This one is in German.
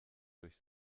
durch